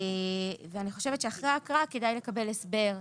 אני חושבת שאחרי ההקראה כדאי לקבל הסבר.